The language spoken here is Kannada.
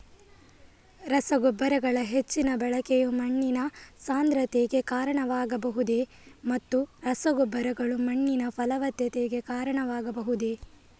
ರಸಗೊಬ್ಬರಗಳ ಹೆಚ್ಚಿನ ಬಳಕೆಯು ಮಣ್ಣಿನ ಸಾಂದ್ರತೆಗೆ ಕಾರಣವಾಗಬಹುದೇ ಮತ್ತು ರಸಗೊಬ್ಬರಗಳು ಮಣ್ಣಿನ ಫಲವತ್ತತೆಗೆ ಕಾರಣವಾಗಬಹುದೇ?